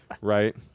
right